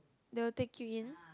they will take you in